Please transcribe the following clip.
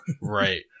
Right